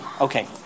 Okay